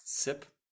sip